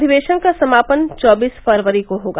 अधिवेशन का समापन चौबीस फरवरी को होगा